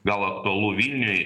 gal aktualu vilniui